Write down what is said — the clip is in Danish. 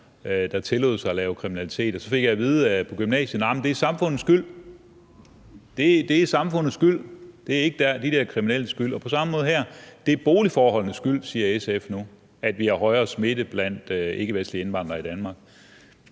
der tillod sig at begå kriminalitet, fik jeg at vide på gymnasiet var samfundets skyld: Det er samfundets skyld, det er ikke de der kriminelles skyld. Det er på samme måde her. Det er boligforholdenes skyld, siger SF nu, at vi har højere smitte blandt ikkevestlige indvandrere i Danmark.